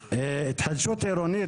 כי התחדשות עירונית,